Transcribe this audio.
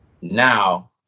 now